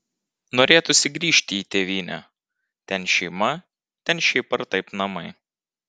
norėtųsi grįžti į tėvynę ten šeima ten šiaip ar taip namai